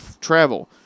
travel